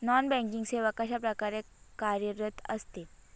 Non banking सेवा कशाप्रकारे कार्यरत असते?